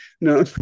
No